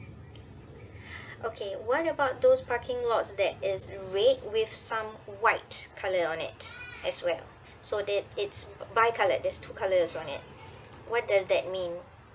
okay what about those parking lots that is red with some white colour on it as well so that it's bi colour that's two colours on it what does that mean